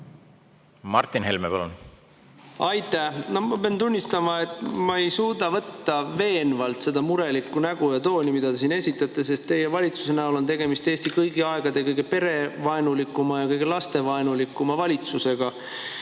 Martin Helme, palun! Aitäh! Ma pean tunnistama, et ma ei suuda võtta veenvalt seda murelikku nägu ja tooni, mida te siin esitlete, sest teie valitsuse näol on tegemist Eesti kõigi aegade kõige perevaenulikuma ja kõige lastevaenulikuma valitsusega,